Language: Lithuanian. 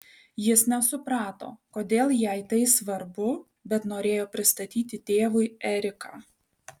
jis nesuprato kodėl jai tai svarbu bet norėjo pristatyti tėvui eriką